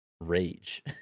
rage